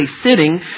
sitting